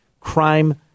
crime